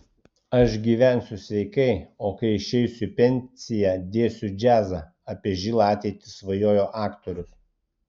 aš gyvensiu sveikai o kai išeisiu į pensiją dėsiu džiazą apie žilą ateitį svajojo aktorius